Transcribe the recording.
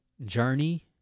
journey